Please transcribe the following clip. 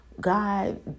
God